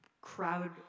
crowd